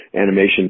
animation